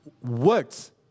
Words